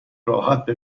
راحت